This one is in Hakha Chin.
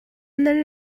nan